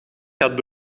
gaat